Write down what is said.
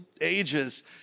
ages